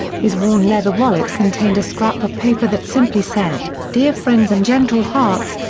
his worn leather wallet contained a scrap of paper that simply said, dear friends and gentle hearts,